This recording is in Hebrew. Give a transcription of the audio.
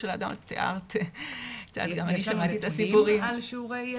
אנחנו יודעים על שיעורי אובדנות?